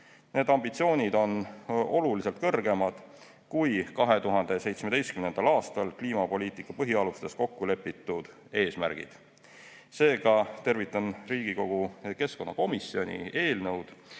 Need ambitsioonid on oluliselt kõrgemad kui 2017. aastal kliimapoliitika põhialustes kokkulepitud eesmärgid. Seega tervitan Riigikogu keskkonnakomisjoni eelnõu,